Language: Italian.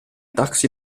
taxi